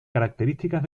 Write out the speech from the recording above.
características